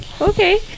okay